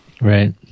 Right